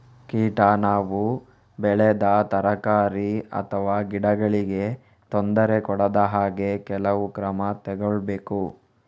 ಕೀಟ ನಾವು ಬೆಳೆದ ತರಕಾರಿ ಅಥವಾ ಗಿಡಗಳಿಗೆ ತೊಂದರೆ ಕೊಡದ ಹಾಗೆ ಕೆಲವು ಕ್ರಮ ತಗೊಳ್ಬೇಕು